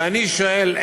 ואני שואל,